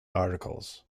articles